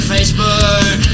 Facebook